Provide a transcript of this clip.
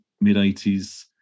mid-80s